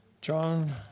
John